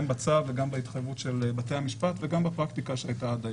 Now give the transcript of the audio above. בצו וגם בהתחייבות של בתי המשפט וגם בפרקטיקה שהייתה עד היום.